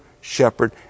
shepherd